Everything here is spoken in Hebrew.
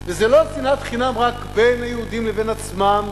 וזה לא על שנאת חינם רק בין היהודים לבין עצמם,